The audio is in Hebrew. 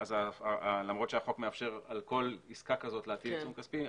אז למרות שהחוק מאפשר על כל עסקה כזאת להטיל עיצום כספי,